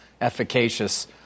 efficacious